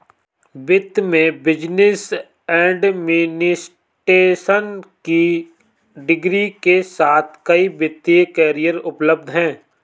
वित्त में business administration की डिग्री के साथ कई वित्तीय करियर उपलब्ध हैं